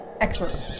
Excellent